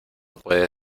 puede